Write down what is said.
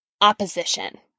opposition